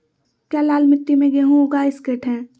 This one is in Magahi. क्या लाल मिट्टी में गेंहु उगा स्केट है?